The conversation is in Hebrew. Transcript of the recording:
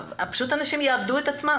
אנשים פשוט יאבדו את עצמם.